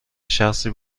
شخصی